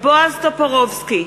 בועז טופורובסקי,